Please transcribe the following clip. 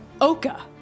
Oka